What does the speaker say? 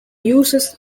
uses